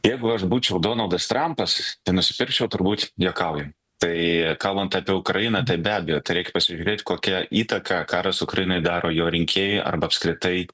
jeigu aš būčiau donaldas trampas tai nusipirkčiau turbūt juokauju tai kalbant apie ukrainą tai be abejo tai reik pasižiūrėt kokią įtaką karas ukrainoj daro jo rinkėjui arba apskritai